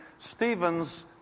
Stephen's